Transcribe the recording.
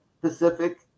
Pacific